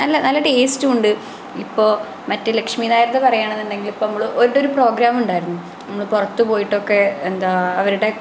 നല്ല നല്ല ടേസ്റ്റും ഉണ്ട് ഇപ്പോൾ മറ്റേ ലക്ഷ്മി നായരുടെ പറയുകയാണെന്നുണ്ടെങ്കിൽ ഇപ്പം നമ്മൾ ഓളുടെയൊരു പ്രോഗ്രാമുണ്ടായിരുന്നു നമ്മൾ പുറത്തു പോയിട്ടൊക്കെ എന്താ അവരുടെ